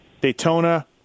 Daytona